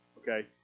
Okay